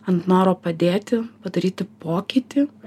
ant noro padėti padaryti pokytį